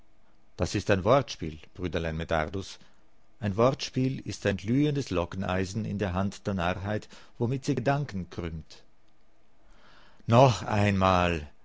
das ist ein wortspiel brüderlein medardus ein wortspiel ist ein glühendes lockeneisen in der hand der narrheit womit sie gedanken krümmt noch einmal